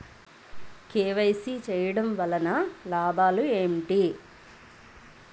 KYC చేయటం వలన లాభాలు ఏమిటి?